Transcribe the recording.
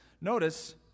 Notice